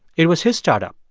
it was his startup,